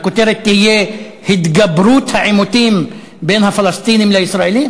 הכותרת תהיה "התגברות העימותים בין הפלסטינים לישראלים"?